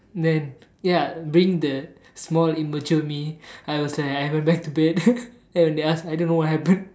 then ya being the small immature me I was like I went back to bed and when they ask I don't know what happened